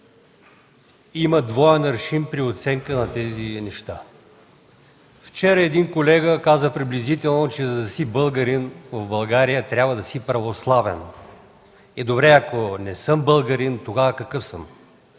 има двоен аршин при оценка на тези неща. Вчера един колега каза приблизително, че за да си българин в България трябва да си православен. Добре, ако не съм българин, тогава какъв съм?